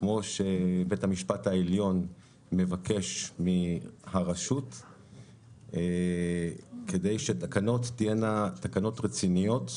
כמו שבית המשפט העליון מבקש מהרשות כדי שהתקנות תהיינה רציניות,